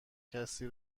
کسی